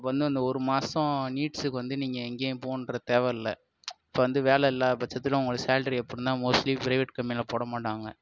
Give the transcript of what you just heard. இப்போ வந்து அந்த ஒரு மாசம் நீட்ஸுக்கு வந்து நீங்கள் எங்கேயும் போகணுன்ற தேவை இல்லை இப்போ வந்து வேலை இல்லாத பட்சத்தில் உங்களுக்கு சேல்ட்ரி எப்படினா மோஸ்டலி பிரேவேட் கம்பெனியில் போட மாட்டாங்க